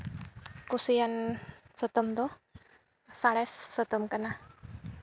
ᱠᱩᱥᱤᱭᱟᱱ ᱥᱟᱛᱟᱢ ᱫᱚ ᱥᱟᱬᱮᱥ ᱥᱟᱛᱟᱢ ᱠᱟᱱᱟ